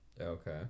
Okay